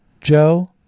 Joe